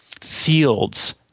fields